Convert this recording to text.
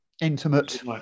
Intimate